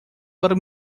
para